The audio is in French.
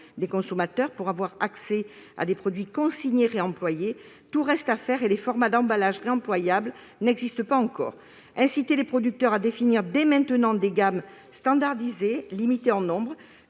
des consommateurs pour l'accès à des produits consignés réemployés, tout reste à faire. Les formats d'emballages réemployables n'existent pas encore. Inciter les producteurs à définir dès maintenant des gammes standardisées et limitées en nombre